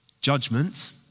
Judgment